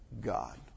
God